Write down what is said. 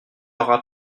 aura